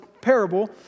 parable